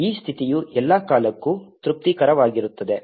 ಈ ಸ್ಥಿತಿಯು ಎಲ್ಲ ಕಾಲಕ್ಕೂ ತೃಪ್ತಿಕರವಾಗಿರುತ್ತದೆ